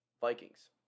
Vikings